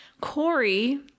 Corey